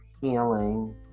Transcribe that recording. healing